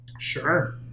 Sure